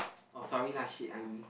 oh sorry lah shit I'm